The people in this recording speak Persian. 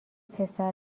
پسر